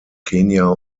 kenia